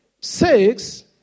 six